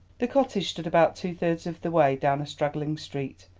the cottage stood about two-thirds of the way down a straggling street,